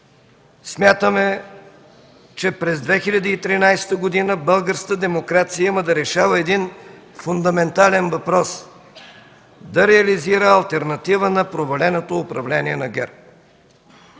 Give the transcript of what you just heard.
Смятаме, че през 2013 г. българската демокрация има да решава един фундаментален въпрос – да реализира алтернатива на проваленото управление на ГЕРБ.